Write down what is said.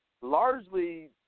largely